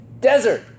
Desert